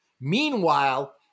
Meanwhile